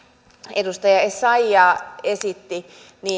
edustaja essayah esitti